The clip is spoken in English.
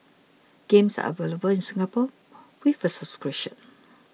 games are available in Singapore with a subscription